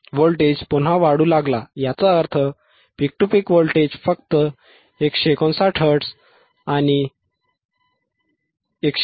voltage पुन्हा वाढू लागला याचा अर्थ पीक टू पीक व्होल्टेज फक्त 159Hz आणि 1